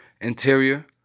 Interior